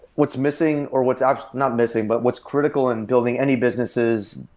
what's missing, or what's um not missing, but what's critical in building any businesses,